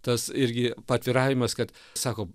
tas irgi paatviravimas kad sako